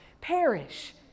perish